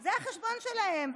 זה החשבון שלהם,